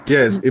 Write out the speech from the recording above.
Yes